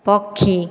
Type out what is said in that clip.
ପକ୍ଷୀ